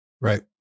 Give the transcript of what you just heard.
right